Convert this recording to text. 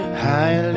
high